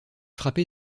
frappé